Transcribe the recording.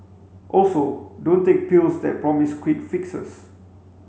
also don't take pills that promise quick fixes